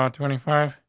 um twenty five.